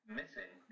missing